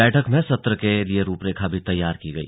बैठक में सत्र के लिए रूपरेखा भी तैयार की गई